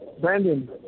Brandon